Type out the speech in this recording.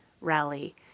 rally